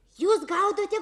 jūs gaudote